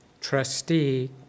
trustee